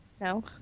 No